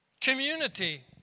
community